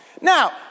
Now